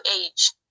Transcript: age